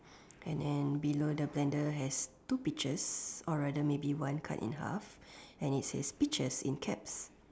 and then below the blender has two peaches or rather maybe one cut in half and it says peaches in caps